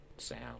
sound